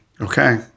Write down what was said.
Okay